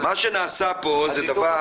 מה שנעשה פה זה דבר